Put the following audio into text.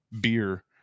beer